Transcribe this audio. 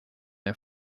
der